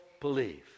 believe